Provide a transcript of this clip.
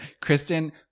Kristen